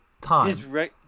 time